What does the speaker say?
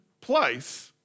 place